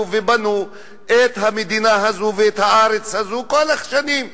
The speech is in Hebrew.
ובנו את המדינה הזו ואת הארץ הזו כל השנים.